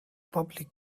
public